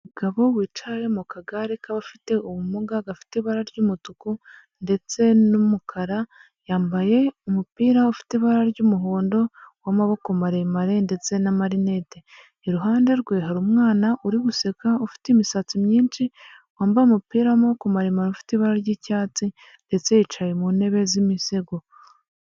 Umugabo wicaye mu kagare k'abafite ubumuga gafite ibara ry'umutuku ndetse n'umukara, yambaye umupira ufite ibara ry'umuhondo w'amaboko maremare ndetse n'amarinete, iruhande rwe hari umwana uri guseka ufite imisatsi myinshi, wambaye umupira w'amaboko ma maremare ufite ibara ry'icyatsi ndetse yicaye mu ntebe z'imisego.